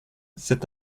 c’est